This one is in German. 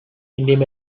indem